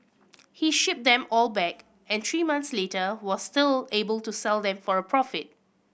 he shipped them all back and three months later was still able to sell them for a profit